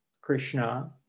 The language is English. Krishna